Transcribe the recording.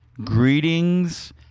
Greetings